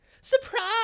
Surprise